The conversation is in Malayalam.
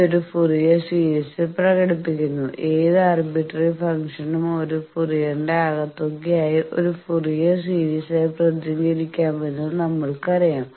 ഇത് ഒരു ഫ്യൂറിയർ സീരീസിൽ പ്രകടിപ്പിക്കുന്നു ഏത് ആർബിട്രറി ഫംഗ്ഷനും ഒരു ഫ്യൂറിയറിന്റെ ആകെത്തുകയായി ഒരു ഫ്യൂറിയർ സീരീസായി പ്രതിനിധീകരിക്കാമെന്ന് നമ്മൾക്കറിയാം